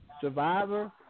Survivor